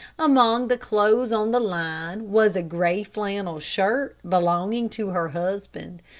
among the clothes on the line was a gray flannel shirt belonging to her husband.